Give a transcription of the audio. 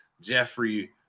Jeffrey